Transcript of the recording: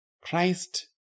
Christ